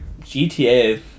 GTA